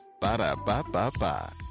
Ba-da-ba-ba-ba